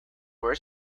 where